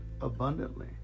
abundantly